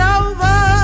over